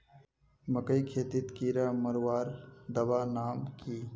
मकई खेतीत कीड़ा मारवार दवा नाम की?